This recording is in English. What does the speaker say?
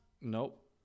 Nope